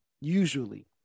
usually